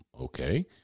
okay